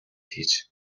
хийж